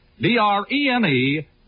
D-R-E-N-E